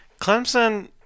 Clemson